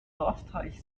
dorfteich